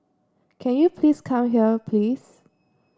can you please come here please